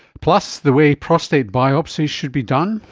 plus, the way prostate biopsies should be done.